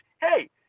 hey